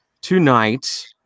tonight